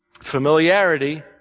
Familiarity